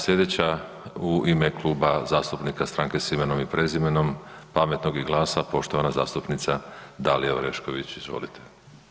Slijedeća u ime Kluba zastupnika Stranke s imenom i prezimenom, Pametnog i GLAS-a poštovana zastupnica Dalija Orešković, izvolite.